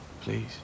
Please